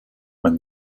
when